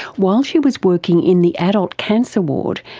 while she was working in the adult cancer ward,